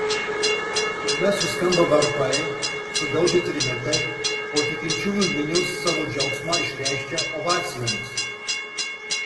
tuomet suskamba varpai sugaudžia trimitai o tikinčiųjų minios savo džiaugsmą išreiškia ovacijomis